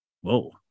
Whoa